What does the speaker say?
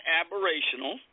aberrational